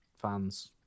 fans